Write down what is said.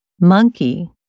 monkey